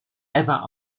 ewa